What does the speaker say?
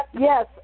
Yes